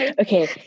Okay